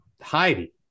Heidi